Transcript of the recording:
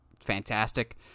fantastic